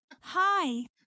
Hi